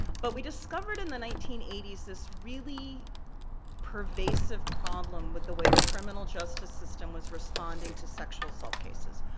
but we discovered in the nineteen eighty s, this really pervasive problem with the way the criminal justice system was responding to sexual assault cases.